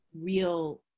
real